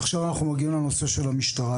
עכשיו אנחנו מגיעים לנושא של המשטרה,